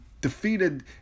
defeated